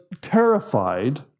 terrified